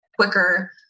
quicker